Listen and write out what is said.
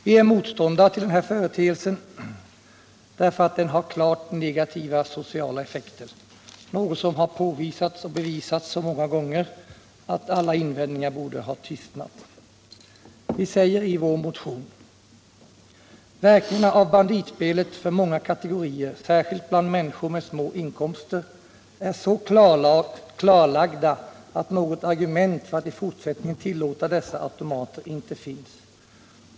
Vi är motståndare till den här företeelsen därför att den har klart negativa sociala effekter, något som har påvisats och bevisats så många gånger att alla invändningar borde ha tystnat. Vi säger i vår motion: ”Verkningarna av banditspelet för många kategorier, särskilt bland människor med små inkomster, är så klarlagda att något argument för att i fortsättningen tillåta dessa automater inte finns.